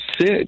sit